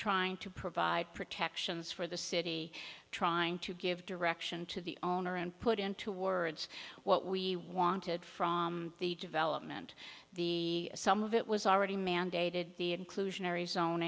trying to provide protections for the city trying to give direction to the owner and put into words what we wanted from the development the some of it was already mandated be inclusionar